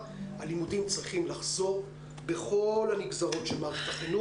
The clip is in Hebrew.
יש מידע סותר שמגיע מנציגים שונים כולל תאריכים,